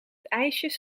ijsjes